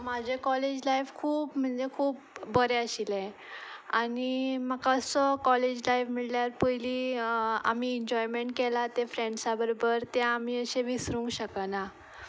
म्हाजें college life खूब म्हणचे खूब बरें आशिल्लें आनी म्हाका असो कॉलेज लायफ म्हणल्यार पयलीं आमी इन्जॉयमेंट केलां तें फ्रेंड्सां बरोबर तें आमी अशे विसरूंक शकना